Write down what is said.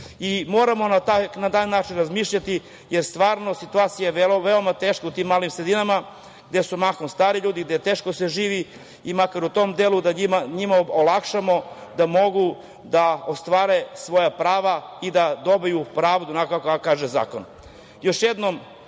ljudski. Moramo na taj način razmišljati, jer je stvarno situacija veoma teška u tim malim sredinama, gde su mahom stari ljudi, gde se teško živi i da makar u tom delu njima olakšamo da mogu da ostvare svoja prava i da dobiju pravdu onako kako kaže zakon. Još jednom,